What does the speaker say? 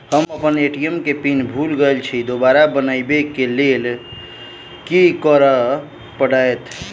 Sir हम अप्पन ATM केँ पिन भूल गेल छी दोबारा बनाबै लेल की करऽ परतै?